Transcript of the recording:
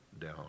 down